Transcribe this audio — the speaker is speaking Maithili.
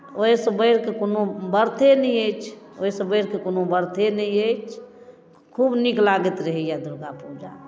ओहिसँ बढ़ि कऽ कोनो व्रते नहि अछि ओहिसँ बढ़ि कऽ कोनो व्रते नहि अछि खूब नीक लागैत रहैए दुर्गा पूजा